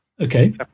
Okay